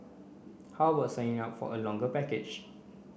how about signing up for a longer package